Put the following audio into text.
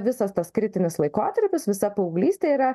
visas tas kritinis laikotarpis visa paauglystė yra